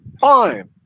fine